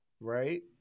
Right